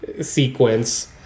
sequence